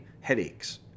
headaches